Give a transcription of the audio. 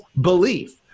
belief